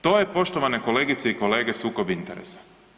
To je poštovane kolegice i kolege sukob interesa.